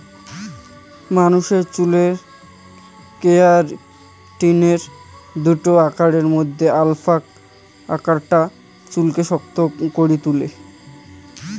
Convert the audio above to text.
মানুষের চুলরে কেরাটিনের দুই আকারের মধ্যে আলফা আকারটা চুলকে শক্ত করি তুলে